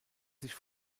sich